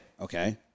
okay